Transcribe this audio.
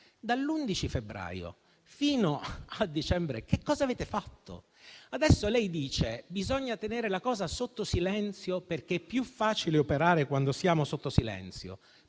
dall'11 Febbraio 2023 fino a dicembre che cosa avete fatto? Adesso lei dice che bisogna tenere la cosa sotto silenzio, perché è più facile operare quando siamo sotto silenzio,